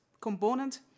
component